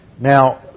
Now